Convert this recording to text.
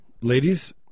ladies